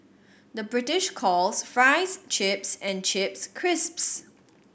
the British calls fries chips and chips crisps